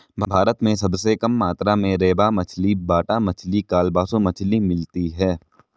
भारत में सबसे कम मात्रा में रेबा मछली, बाटा मछली, कालबासु मछली मिलती है